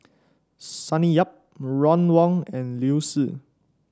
Sonny Yap Ron Wong and Liu Si